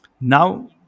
Now